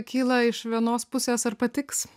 kyla iš vienos pusės ar patiks